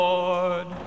Lord